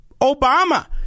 Obama